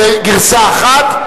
זו גרסה 1,